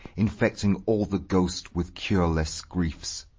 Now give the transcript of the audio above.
infecting all the ghosts with cureless griefs!